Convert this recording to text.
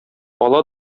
ала